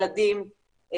ילדים,